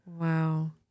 wow